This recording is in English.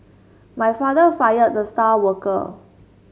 my father fired the star worker